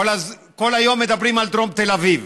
כל היום מדברים על דרום תל אביב.